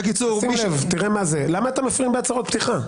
למה אתם מפריעים בהצהרות פתיחה?